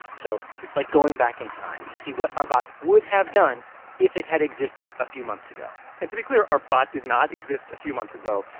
so it's like going back in time to see what our bot would have done if it had existed a few months ago and to be clear, our bot did not exist a few months ago.